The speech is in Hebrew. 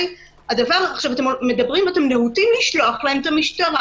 אתם להוטים לשלוח להן את המשטרה,